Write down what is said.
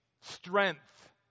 strength